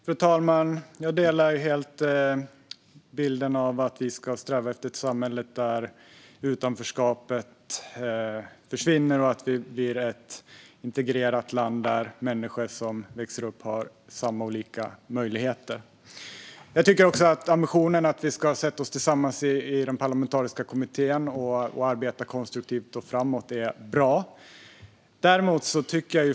Fru talman! Jag delar helt bilden att vi ska sträva efter ett samhälle där utanförskapet försvinner och efter att bli ett integrerat land där människor växer upp med samma och lika möjligheter. Jag tycker också att ambitionen att vi ska sätta oss tillsammans i den parlamentariska kommittén och arbeta konstruktivt och framåt är bra.